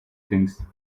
things